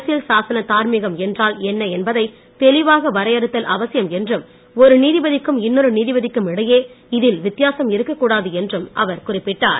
அரசியல் சாசன தார்மீகம் என்றால் என்ன என்பதை தெளிவாக வரையறுத்தல் அவசியம் என்றும் ஒரு நீதிபதிக்கும் இன்னொரு நீதிபதிக்கும் இடையே இதில் வித்தியாசம் இருக்கக் கூடாது என்றும் அவர் குறிப்பிட்டார்